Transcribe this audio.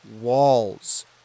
walls